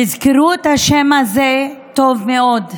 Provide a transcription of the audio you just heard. תזכרו את השם הזה טוב מאוד.